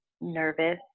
nervous